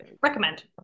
recommend